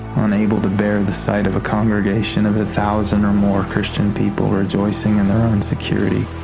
unable to bear the sight of a congregation of a thousand or more christian people rejoicing in their own security,